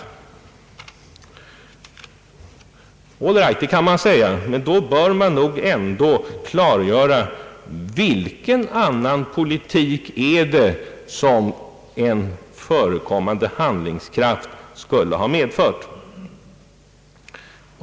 All right, det kan man säga, men då bör man ändå klargöra vilken annan politik som en förekommande handlingskraft skulle ha medfört.